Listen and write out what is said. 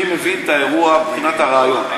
אני מבין את האירוע מבחינת הרעיון.